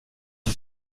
ist